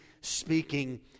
speaking